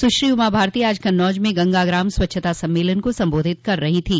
सुश्री उमा भारती आज कन्नौज में गंगा ग्राम स्वच्छता सम्मेलन को संबोधित कर रही थी